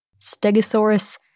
stegosaurus